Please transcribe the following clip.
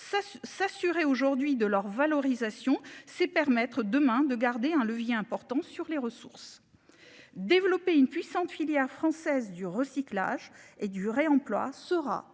s'assurer aujourd'hui de leur valorisation c'est permettre demain de garder un levier important sur les ressources. Développer une puissante filière française du recyclage et du réemploi sera